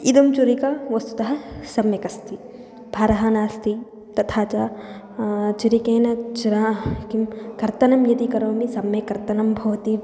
इयं छुरिका वस्तुतः सम्यक् अस्ति भारः नास्ति तथा च छुरिकया च्राह् किं कर्तनं यदि करोमि सम्यक् कर्तनं भवति